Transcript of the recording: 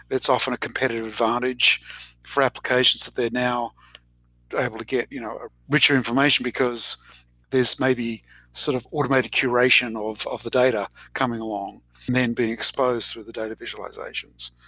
it's often a competitive advantage for applications that they're now able to get you know ah richer information, because this may be sort of automated curation of of the data coming along and then being exposed through the data visualizations.